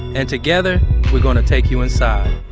and together we're going to take you inside